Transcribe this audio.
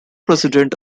president